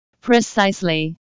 Precisely